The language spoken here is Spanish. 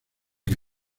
que